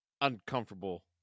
uncomfortable